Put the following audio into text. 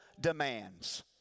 demands